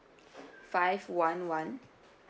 five one one